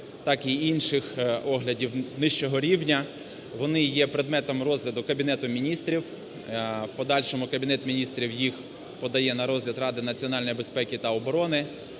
так і інших оглядів нижчого рівня, вони є предметом розгляду Кабінету Міністрів. В подальшому Кабінету Міністрів їх подає на розгляд Ради національної безпеки та оборони.